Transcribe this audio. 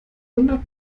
hundert